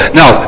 now